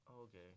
Okay